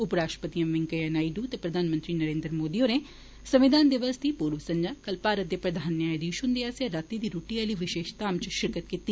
उपराष्ट्रपति एम वैंकइया नायडू ते प्रधानमंत्री नरेन्द्र मोदी होरें संविधान दिवस दी पूर्व संझां कल भारत दे प्रधान न्यायधीश हुन्दे आसेआ राती दी रूट्टी आली विशेष धामै च शिरकत कीती